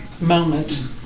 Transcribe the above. moment